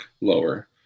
lower